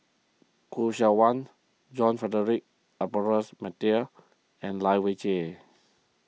Khoo Seok Wan John Frederick Adolphus McNair and Lai Weijie